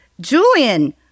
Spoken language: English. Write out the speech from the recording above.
Julian